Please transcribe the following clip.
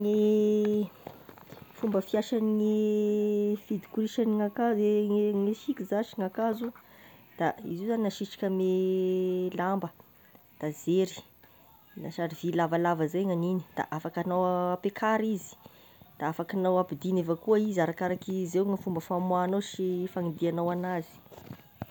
Gne fomba fiasagne fidikorisan’ny akanzo gne gne siky zashy, gn'akanzo izy io zagny dia asitrika ame lamba da zery da sary vy lavalava zay gnaniny, de afakinao apiakary izy, da afakinao apidigny avy akoa izy, arakarak'izy eo gne fomba famoahagnao sy fagnidiagnao anazy.